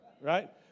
right